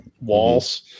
walls